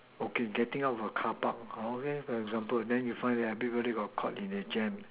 okay getting out of a carpark orh okay for example then you find out everybody got caught in a jam